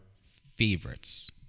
favorites